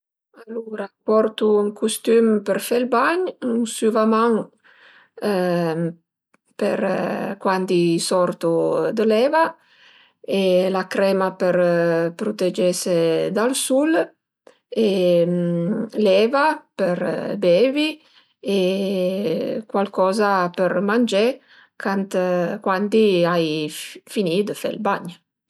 Alura portu ün custüm për fe ël bagn, ün süvaman per cuandi sortu da l'eva e la crema për prutegese dal sul e l'eva për beivi e cualcoza për mangé cant cuandi ai finì d'fe ël bagn